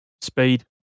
speed